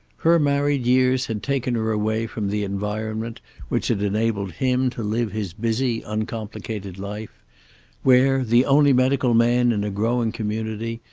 her married years had taken her away from the environment which had enabled him to live his busy, uncomplicated life where, the only medical man in a growing community,